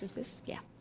this? yeah.